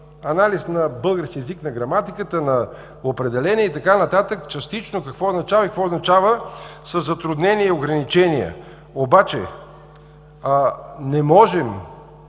анализ на българския език, на граматиката, на определения и така нататък. Частично – какво означава „частично“ и какво означава „със затруднения и ограничения“? Не можем